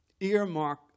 earmark